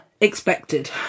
expected